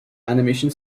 animation